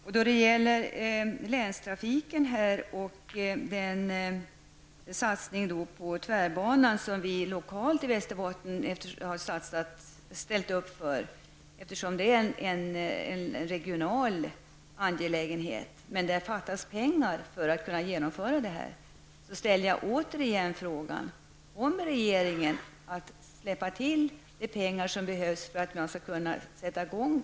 Angående länstrafiken och satsningen på tvärbanan vill jag säga att vi lokalt i Västerbotten har ställt upp för detta, eftersom det är en regional angelägenhet. Men det fattas pengar för att kunna genomföra detta. Jag ställer återigen frågan: Hällnäs 1992--1993?